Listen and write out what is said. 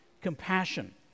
compassion